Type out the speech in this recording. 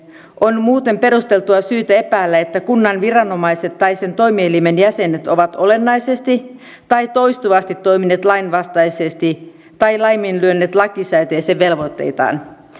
on muuten perusteltua syytä epäillä että kunnan viranomaiset tai sen toimielimen jäsenet ovat olennaisesti tai toistuvasti toimineet lainvastaisesti tai laiminlyöneet lakisääteisiä velvoitteitaan